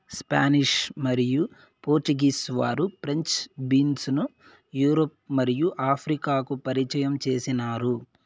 Spanish మరియు Portuguese వారు French beans ను యూరప్ మరియు ఆఫ్రికాకు పరిచయం చేసినారు